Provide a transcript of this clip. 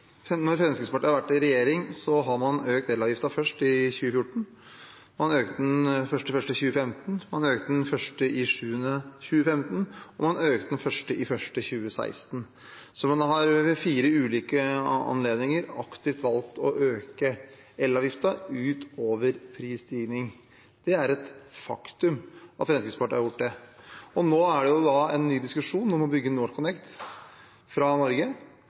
Fremskrittspartiet har vært i regjering, har man økt elavgiften, først i 2014, man økte den 1. januar 2015, man økte den 1. juli 2015, og man økte den 1. januar 2016. Man har ved fire ulike anledninger aktivt valgt å øke elavgiften ut over prisstigning. Det er et faktum at Fremskrittspartiet har gjort det. Nå er det en ny diskusjon om å bygge NorthConnect fra Norge,